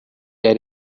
era